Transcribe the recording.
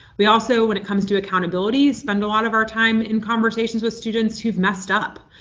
we also when it comes to accountability spend a lot of our time in conversations with students who've messed up.